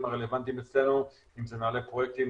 הרלבנטיים אצלנו אם זה מנהלי פרויקטים,